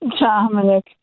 Dominic